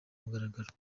mugaragaro